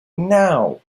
now